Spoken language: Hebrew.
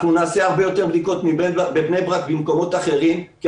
אנחנו נעשה הרבה יותר בדיקות בבני ברק מאשר במקומות אחרים כי